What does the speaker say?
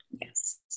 Yes